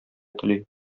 тели